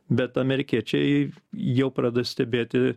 bet amerikiečiai jau pradeda stebėti